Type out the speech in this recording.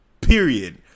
period